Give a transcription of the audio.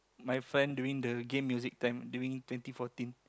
my friend during the game music time during twenty fourteen